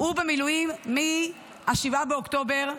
הוא במילואים מ-7 באוקטובר.